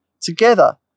Together